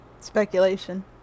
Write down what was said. speculation